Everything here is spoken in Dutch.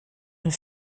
een